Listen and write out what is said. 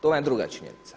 To vam je druga činjenica.